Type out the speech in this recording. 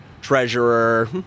treasurer